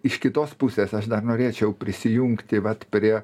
iš kitos pusės aš dar norėčiau prisijungti vat prie